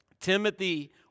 Timothy